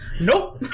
Nope